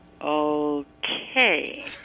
okay